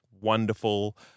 wonderful